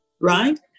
Right